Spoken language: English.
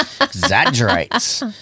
exaggerates